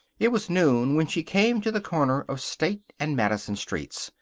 it was noon when she came to the corner of state and madison streets.